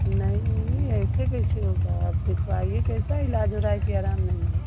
नहीं ऐसे कैसे होगा आप दिखवाए कैसा इलाज हो रहा है की आराम नहीं हो रहा है